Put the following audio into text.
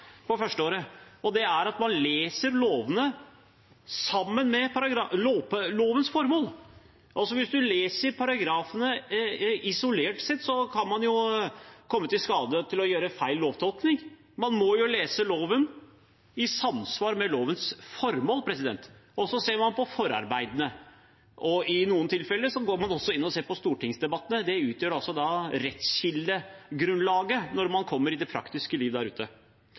at man leser lovene sammen med lovens formål. Hvis man leser paragrafene isolert sett, kan man komme i skade for å gjøre feil lovtolkning. Man må lese loven i samsvar med lovens formål. Man ser også på forarbeidene, og i noen tilfeller går man inn og ser på stortingsdebattene. Det utgjør rettskildegrunnlaget når man kommer ut i det praktiske liv.